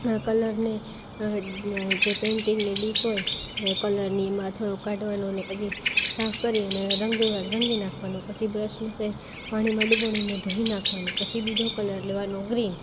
કલરને જે પેંટિંગને ડિશ હોય એ કલરની એમાં થોડોક કાઢવાનોને પછી સાફ કરી અને રંગ રંગી નાંખવાનો પછી બ્રશને છે પાણીમાં ડબોળીને ધોઈ નાખવાનો પછી બીજો કલર લેવાનો ગ્રીન